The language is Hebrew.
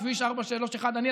כביש 431. אני,